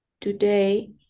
today